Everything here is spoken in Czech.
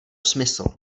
smysl